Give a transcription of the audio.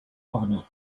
honour